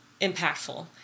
impactful